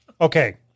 Okay